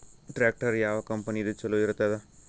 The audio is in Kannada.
ಟ್ಟ್ರ್ಯಾಕ್ಟರ್ ಯಾವ ಕಂಪನಿದು ಚಲೋ ಇರತದ?